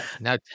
Now